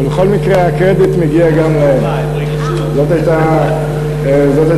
בכל מקרה, הקרדיט מגיע גם להם, זאת הייתה הכוונה.